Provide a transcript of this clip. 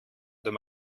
dem